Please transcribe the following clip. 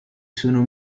sono